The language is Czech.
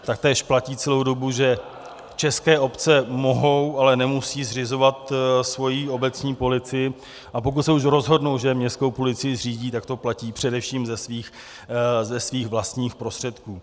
Taktéž platí celou dobu, že české obce mohou, ale nemusí zřizovat svoji obecní policii, a pokud se už rozhodnou, že městskou policii zřídí, tak to platí především ze svých vlastních prostředků.